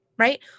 Right